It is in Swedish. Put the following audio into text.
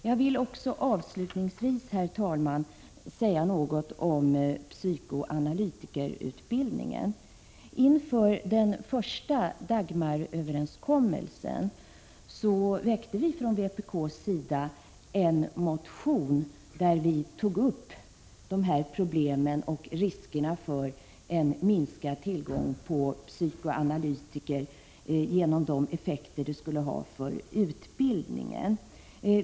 Jag vill också avslutningsvis, herr talman, säga något om psykoanalytikerutbildningen. Inför den första Dagmaröverenskommelsen väckte vi från vpk:s sida en motion, där vi tog upp riskerna för en minskad tillgång på psykoanalytiker genom denna överenskommelses effekter på utbildningen.